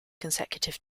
consecutive